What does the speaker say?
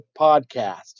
podcast